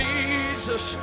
Jesus